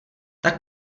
tak